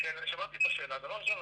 דבר ראשון,